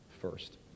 first